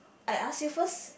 I ask you first